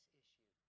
issue